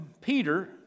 Peter